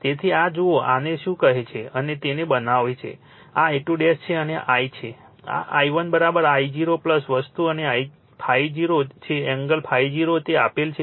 તેથી આ જુઓ આને શું કહે છે અને તેને બનાવે છે આ I2 છે અને આ છે આ I1 I0 વસ્તુ અને આ ∅0 છે એંગલ ∅0 તે આપેલ છે તે 78